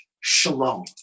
shalom